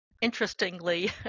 interestingly